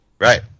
Right